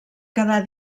quedar